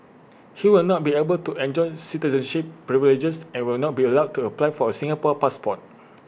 he will not be able to enjoy citizenship privileges and will not be allowed to apply for A Singapore passport